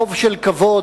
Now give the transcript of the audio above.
חוב של כבוד,